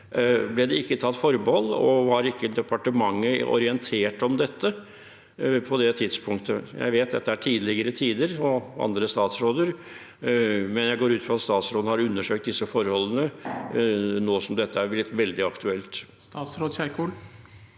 Ble det ikke tatt forbehold? Var ikke departementet orientert om dette på det tidspunktet? Jeg vet at dette er tidligere tider og andre statsråder, men jeg går ut fra at statsråden har undersøkt disse forholdene nå som dette er blitt veldig aktuelt. Statsråd Ingvild